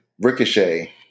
Ricochet